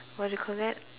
what do you call that